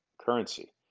currency